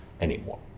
anymore